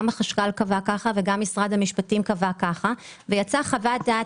החשכ"ל קבע ככה וגם משרד המשפטים קבע ככה